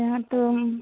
यहाँ तो